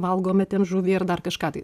valgome ten žuvį ar dar kažką tai